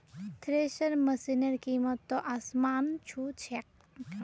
thresher मशिनेर कीमत त आसमान छू छेक